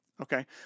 Okay